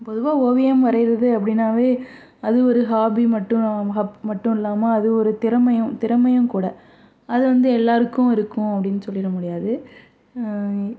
பொதுவாக ஓவியம் வரைகிறது அப்படினாவே அது ஒரு ஹாபி மட்டும் ஹாபி மட்டும் இல்லாமல் ஒரு திறமையும் திறமையும் கூட அது வந்து எல்லாருக்கும் இருக்கும் அப்படினு சொல்லிவிட முடியாது